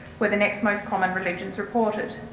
were the next most common religions reported.